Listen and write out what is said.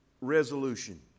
resolution